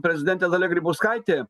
prezidentė dalia grybauskaitė